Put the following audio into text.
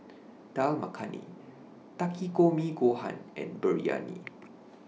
Dal Makhani Takikomi Gohan and Biryani